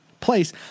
Place